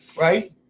right